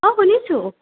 অঁ শুনিছোঁ